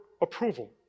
approval